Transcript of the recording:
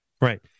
right